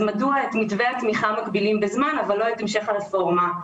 אז מדוע את מתווי התמיכה מגבילים בזמן אבל לא את המשך הרפורמה?